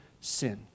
sin